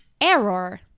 error